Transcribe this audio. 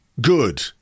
good